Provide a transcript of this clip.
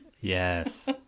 Yes